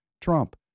Trump